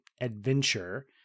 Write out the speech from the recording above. adventure